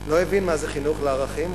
לא הבין מה זה חינוך לערכים,